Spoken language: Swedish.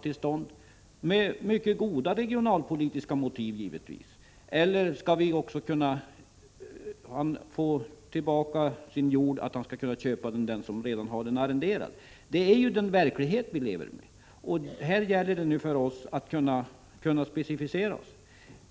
— givetvis med mycket goda regionalpolitiska motiv — eller skall den som redan har arrenderat jorden också få köpa den? Det är den verklighet vi lever i, och här gäller det för oss att kunna specificera OSS.